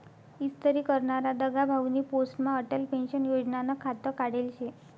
इस्तरी करनारा दगाभाउनी पोस्टमा अटल पेंशन योजनानं खातं काढेल शे